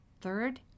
Third